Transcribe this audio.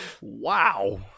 Wow